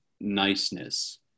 niceness